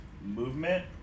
movement